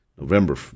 November